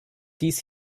dies